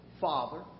Father